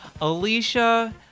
Alicia